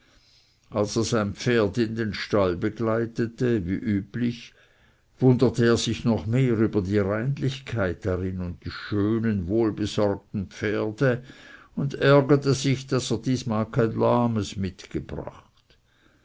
als er sein pferd in den stall begleitete wie üblich wunderte er sich noch mehr über die reinlichkeit darin und die schönen wohlbesorgten pferde und ärgerte sich daß er diesmal kein lahmes mitgebracht